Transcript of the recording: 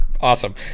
awesome